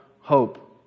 hope